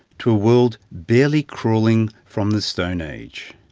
to a world barely crawling from the stone age.